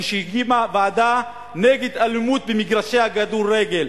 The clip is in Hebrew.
כשהקימה ועדה נגד אלימות במגרשי הכדורגל,